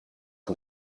een